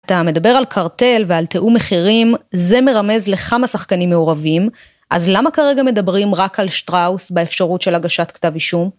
אתה מדבר על קרטל ועל תיאום מחירים, זה מרמז לכמה שחקנים מעורבים, אז למה כרגע מדברים רק על שטראוס באפשרות של הגשת כתב אישום?